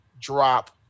drop